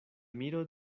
miro